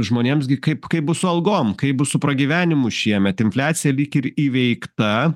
žmonėms gi kaip kaip bus su algom kaip bus su pragyvenimu šiemet infliacija lyg ir įveikta